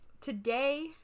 today